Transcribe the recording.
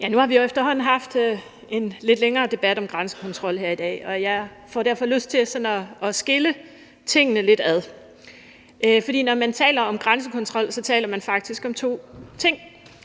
Nu har vi jo efterhånden haft en lidt længere debat om grænsekontrol her i dag, og jeg får derfor lyst til at skille tingene lidt ad. For når man taler om grænsekontrol, taler man faktisk om to ting.